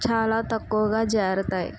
చాలా తక్కువగా జారుతాయి